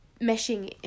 meshing